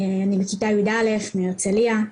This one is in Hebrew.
אני בכיתה י"א מהרצליה.